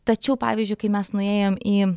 tačiau pavyzdžiui kai mes nuėjom į